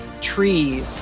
tree